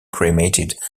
cremated